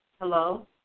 Hello